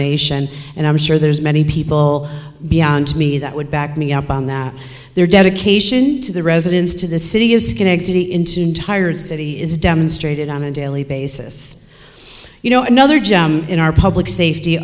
nation and i'm sure there's many people beyond me that would back me up on that their dedication to the residents to the city is schenectady into the entire city is demonstrated on a daily basis you know another job in our public safety